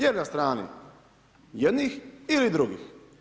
Jel na strani jednih ili drugih?